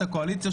את הקואליציה,